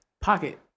pocket